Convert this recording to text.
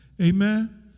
amen